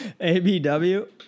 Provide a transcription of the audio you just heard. ABW